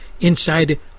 inside